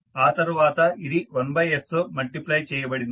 ఆ తర్వాత ఇది 1s తో మల్టిప్లై చేయబడింది